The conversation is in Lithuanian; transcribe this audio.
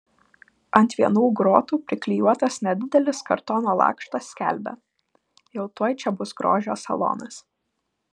ant vienų grotų priklijuotas nedidelis kartono lakštas skelbia jau tuoj čia bus grožio salonas